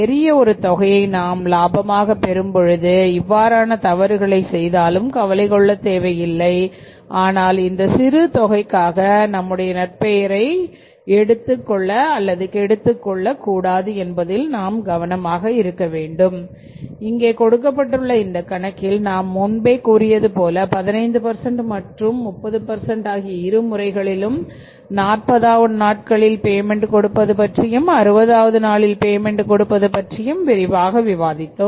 பெரிய ஒரு தொகையை நாம் லாபமாக பெறும்பொழுது இவ்வாறான தவறுகளை செய்தாலும் கவலை கொள்ள தேவையில்லை ஆனால் இந்த சிறு தொகைக்காக நம்முடைய நற்பெயரைக் எடுத்துக் கொள்ளக் கூடாது என்பதில் நாம் கவனமாக இருக்க வேண்டும் இங்கே கொடுக்கப்பட்டுள்ள இந்த கணக்கில் நாம் முன்பே கூறியதுபோல 15 மற்றும் 30 ஆகிய இரு முறைகளில் 40வது நாட்களில் பேமென்ட் கொடுப்பது பற்றியும் 60வது நாளில் பேமென்ட் கொடுப்பது பற்றியும் விரிவாக விவாதித்தோம்